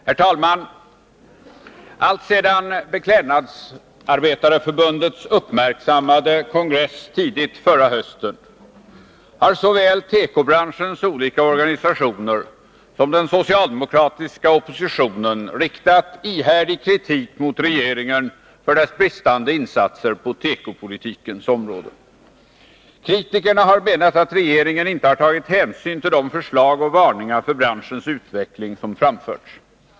Herr talman! Alltsedan Beklädnadsarbetareförbundets uppmärksammade kongress tidigt förra hösten har såväl tekobranschens olika organisationer som den socialdemokratiska oppositionen riktat ihärdig kritik mot regeringen för dess bristande insatser på tekopolitikens område. Kritikerna har menat att regeringen inte har tagit hänsyn till de förslag och varningar för branschens utveckling som framförts.